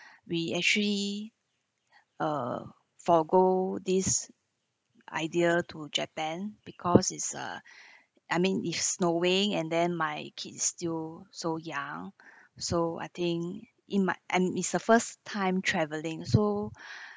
we actually err forgo this idea to japan because it's uh I mean it's snowing and then my kids still so young so I think in my and is the first time travelling so